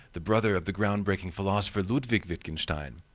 the brother of the groundbreaking philosopher ludwig wittgenstein,